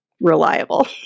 reliable